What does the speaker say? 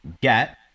get